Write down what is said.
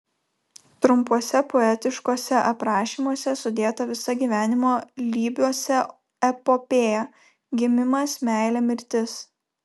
trumpuose poetiškuose aprašymuose sudėta visa gyvenimo lybiuose epopėja gimimas meilė mirtis